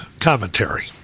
commentary